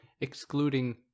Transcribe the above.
excluding